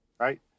right